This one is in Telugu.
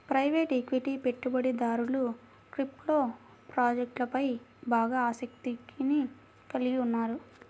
ప్రైవేట్ ఈక్విటీ పెట్టుబడిదారులు క్రిప్టో ప్రాజెక్ట్లపై బాగా ఆసక్తిని కలిగి ఉన్నారు